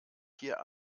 hier